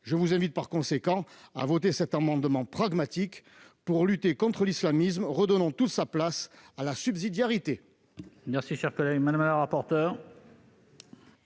Je vous invite par conséquent à voter cet amendement pragmatique pour lutter contre l'islamisme, redonnant toute sa place à la subsidiarité.